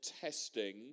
testing